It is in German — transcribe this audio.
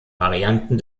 varianten